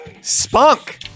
spunk